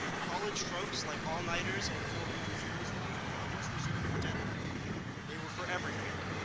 college tropes like all-nighters and four am shari's runs weren't just reserved for dead week they were for every week.